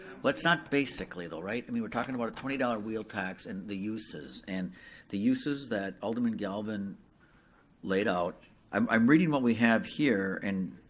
well it's not basically right, though, right? i mean we're talking about a twenty dollars wheel tax and the uses. and the uses that alderman galvin laid out, i'm i'm reading what we have here, and,